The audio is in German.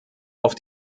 auf